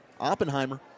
Oppenheimer